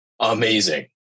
Amazing